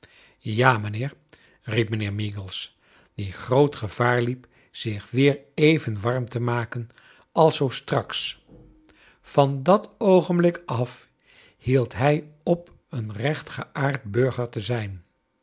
ja mijnheer riep mijnheer meagles die groot gevaar liep zich weer even warm te maken als zoo straks van dat oogenblik af hield hij op een rechtgeaard burger te zijn